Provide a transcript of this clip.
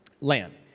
land